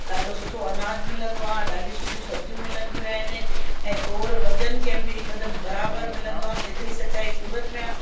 ॾाढो सुठो अनाज मिलंदो आहे ॾाढी सुठियूं सब्जियूं मिलंदियूं आहिनि ऐं तौरु वजनि कयल बि हिकदमि बराबरि मिलंदो आहे जेतिरी सच्चाई सूरत में आहे